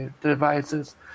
devices